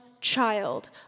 child